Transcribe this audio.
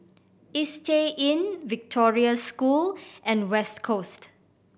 Istay Inn Victoria School and West Coast